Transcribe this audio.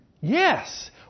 Yes